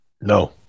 No